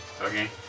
Okay